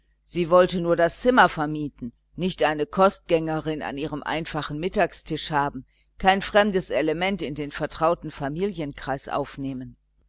sie wollte nur das zimmer vermieten nicht eine kostgängerin an ihrem einfachen mittagstisch haben kein fremdes element in den vertrauten familienkreis aufnehmen